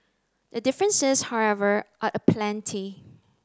the differences however are aplenty